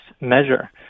measure